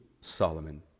Solomon